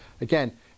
again